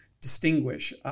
distinguish